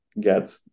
get